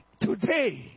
today